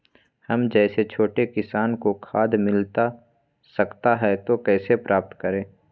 हम जैसे छोटे किसान को खाद मिलता सकता है तो कैसे प्राप्त करें?